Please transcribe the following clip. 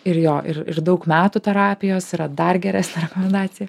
ir jo ir ir daug metų terapijos yra dar geresnė rekomendacija